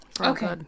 Okay